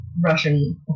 Russian